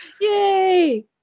Yay